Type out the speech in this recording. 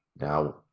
now